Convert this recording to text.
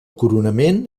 coronament